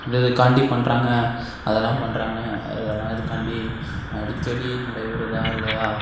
இது இதுக்காண்டி பண்ணுறாங்க அதெல்லாம் பண்ணுறாங்க அதெல்லாம் இதுக்காண்டி அடிக்கடி நடைவிடுறதா இல்லையா